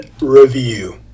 Review